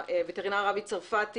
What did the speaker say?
הווטרינר אבי צרפתי,